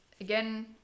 Again